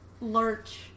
Lurch